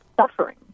suffering